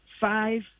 five